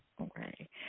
okay